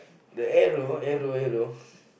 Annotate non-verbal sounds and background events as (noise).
the arrow arrow arrow (breath)